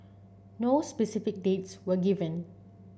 no specific dates were given